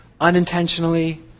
unintentionally